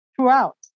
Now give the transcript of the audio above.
throughout